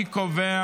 אני קובע